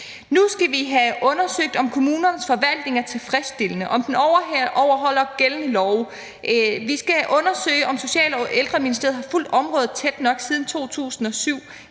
Nu skal vi have undersøgt, om kommunernes forvaltning er tilfredsstillende, og om den overholder gældende love. Vi skal undersøge, om Social- og Ældreministeriet har fulgt området tæt nok siden 2007,